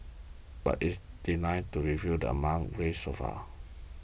but it's declined to reveal amount raised so far